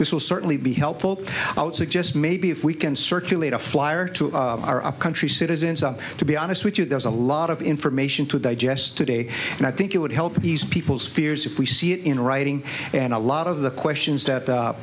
this will certainly be helpful out suggest maybe if we can circulate a flyer to our country's citizens up to be honest with you there's a lot of information to digest today and i think it would help ease people's fears if we see it in writing and a lot of the questions that